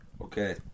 okay